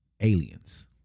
aliens